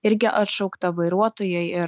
irgi atšaukta vairuotojai ir